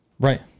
Right